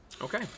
Okay